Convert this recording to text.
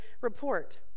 report